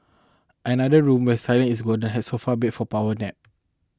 another room where silence is golden has sofa bed for power nap